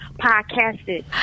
Podcasted